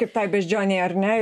kaip tai beždžionei ar ne